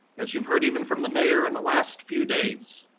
as you heard even from the mayor in the last few days,